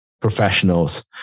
professionals